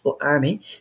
Army